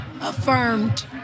affirmed